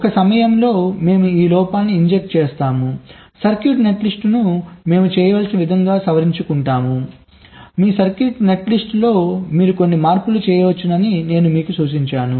ఒక సమయంలో మేము ఒక లోపాన్ని ఇంజెక్ట్ చేస్తాము సర్క్యూట్ నెట్లిస్ట్ను మేము చేయవలసిన విధంగానే సవరించుకుంటాము మీ సర్క్యూట్ నెట్లిస్ట్లో మీరు కొన్ని మార్పులు చేయవచ్చని నేను మీకు చూపించాను